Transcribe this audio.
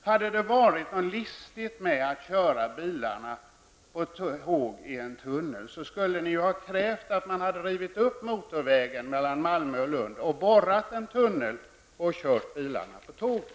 Hade det varit något listigt med att forsla bilarna på tåg i en tunnel, skulle ni ha krävt att man rivit upp motorvägen mellan Malmö och Lund och borrat en tunnel och forslat bilarna på tåg där.